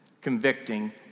convicting